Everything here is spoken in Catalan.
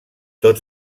tot